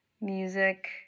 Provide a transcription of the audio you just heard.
music